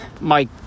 Mike